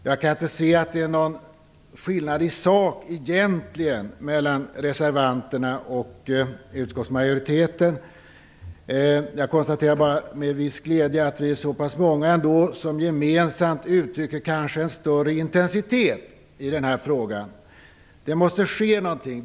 Jag kan inte se att det egentligen är någon skillnad i sak mellan reservanternas uppfattning och utskottsmajoritetens. Jag konstaterar med viss glädje att vi ändå är så pass många som gemensamt uttrycker en kanske större intensitet i den här frågan. Det måste ske någonting.